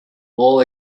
all